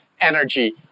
energy